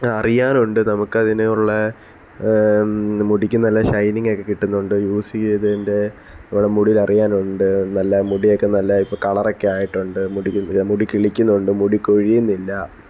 അറിയാനുണ്ട് നമുക്കതിനുള്ള മുടിയ്ക്ക് നല്ല ഷൈനിങെക്കെ കിട്ടുന്നുണ്ട് യൂസ് ചെയ്തതിൻ്റെ നമ്മളുടെ മുടീലറിയാനുണ്ട് നല്ല മുടിയക്കെ നല്ല കളറക്കെ ആയിട്ടൊണ്ട് മുടി കിളുക്കുന്നുണ്ട് മുടി കൊഴിയുന്നില്ല